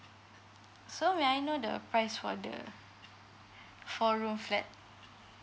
so may I know the price for the four room flat